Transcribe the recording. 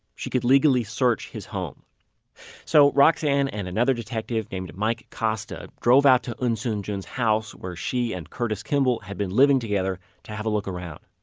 she could legally search his home so roxane and another detective named mike costa drove out to eunsoon jun's house where she and curtis kimball had been living together to have a look around.